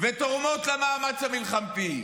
ותורמות למאמץ המלחמתי,